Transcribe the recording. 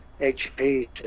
hp